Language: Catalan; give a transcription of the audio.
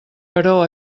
però